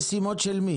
של מי המשימות האלה?